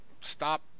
stop